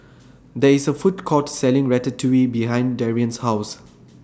There IS A Food Court Selling Ratatouille behind Darrion's House